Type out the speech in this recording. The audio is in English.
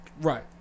Right